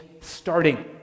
starting